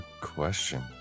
question